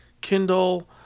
Kindle